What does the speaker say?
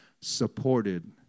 supported